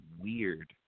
weird